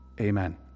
Amen